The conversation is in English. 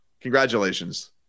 Congratulations